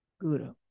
Guru